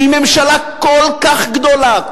שהיא ממשלה כל כך גדולה,